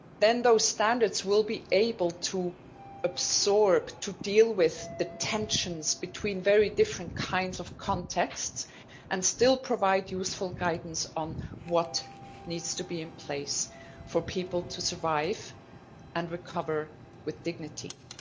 then those standards will be able to absorb to deal with the tensions between very different kinds of contexts and still provide useful guidance on what needs to be in place for people to survive and recover with dignity.